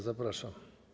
Zapraszam.